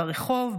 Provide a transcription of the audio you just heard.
ברחוב,